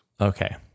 Okay